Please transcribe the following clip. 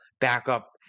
backup